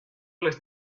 les